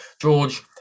george